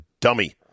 dummy